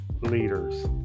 leaders